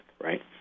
right